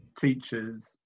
teachers